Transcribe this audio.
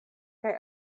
kaj